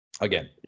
again